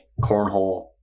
Cornhole